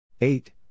eight